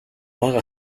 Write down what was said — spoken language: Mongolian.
бага